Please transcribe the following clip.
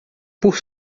por